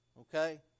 okay